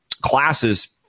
classes